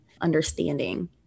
understanding